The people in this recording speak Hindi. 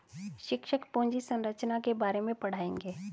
शिक्षक पूंजी संरचना के बारे में पढ़ाएंगे